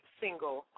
single